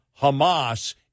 Hamas